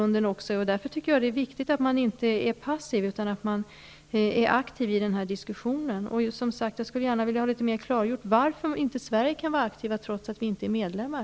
Jag tycker därför att det är viktigt att man inte är passiv utan aktiv i denna diskussion. Jag skulle gärna vilja få litet mer klargjort varför vi i Sverige inte kan vara aktiva trots att vi inte är medlemmar.